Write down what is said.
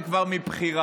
זה כבר מבחירה.